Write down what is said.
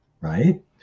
right